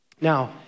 Now